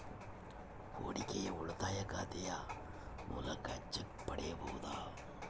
ಹೂಡಿಕೆಯ ಉಳಿತಾಯ ಖಾತೆಯ ಮೂಲಕ ಚೆಕ್ ಪಡೆಯಬಹುದಾ?